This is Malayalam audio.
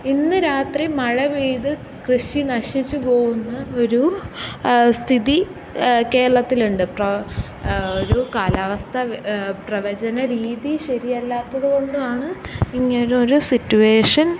ഇന്ന് രാത്രി മഴ പെയ്ത് കൃഷി നശിച്ച് പോകുന്ന ഒരു സ്ഥിതി കേരളത്തിൽ ഉണ്ട് പ്ര ഒരു കാലാവസ്ഥ പ്രവചന രീതി ശെരിയല്ലാത്തത് കൊണ്ടാണ് ഇങ്ങനൊരു സിറ്റുവേഷൻ